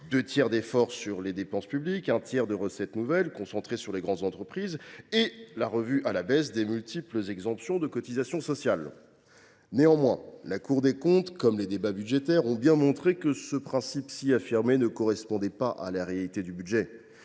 deux tiers d’efforts sur les dépenses publiques, un tiers de recettes nouvelles concentrées sur les grandes entreprises et la revue à la baisse des multiples exemptions de cotisations sociales. Néanmoins, la Cour des comptes a bien montré que ce principe affirmé ne correspondait pas à la réalité du budget,